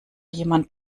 jemand